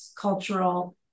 cultural